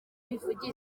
bivugitse